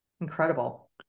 Incredible